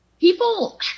people